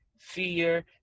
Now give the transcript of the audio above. fear